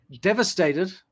devastated